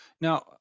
Now